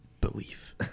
belief